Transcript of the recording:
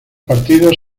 partidos